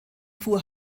fuhr